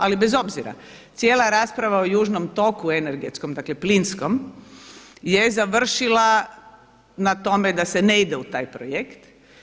Ali bez obzira, cijela rasprava o južnom toku energetskom, dakle plinskom je završila na tome da se ne ide u taj projekt.